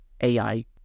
AI